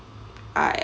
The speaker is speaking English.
I